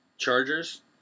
Chargers